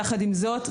יחד עם זאת,